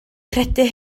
credu